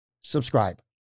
subscribe